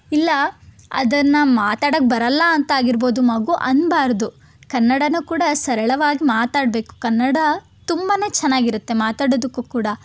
ಇಲ್ಲ ಅದನ್ನು ಮಾತಾಡಕ್ಕೆ ಬರೋಲ್ಲ ಅಂತ ಆಗಿರ್ಬೋದು ಮಗು ಅನ್ನಬಾರ್ದು ಕನ್ನಡನೂ ಕೂಡ ಸರಳವಾಗಿ ಮಾತಾಡಬೇಕು ಕನ್ನಡ ತುಂಬಾ ಚೆನ್ನಾಗಿರುತ್ತೆ ಮಾತಾಡೋದಕ್ಕೂ ಕೂಡ